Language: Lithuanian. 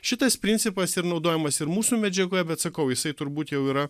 šitas principas ir naudojamas ir mūsų medžiagoje bet sakau jisai turbūt jau yra